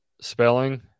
spelling